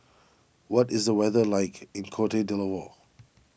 what is the weather like in Cote D'Ivoire